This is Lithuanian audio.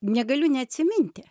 negaliu neatsiminti